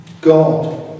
God